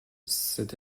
cette